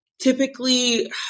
Typically